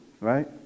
right